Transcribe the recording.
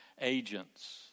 agents